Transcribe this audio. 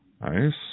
Nice